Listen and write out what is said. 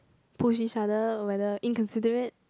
push each other whether inconsiderate